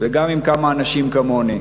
וגם עם כמה אנשים כמוני.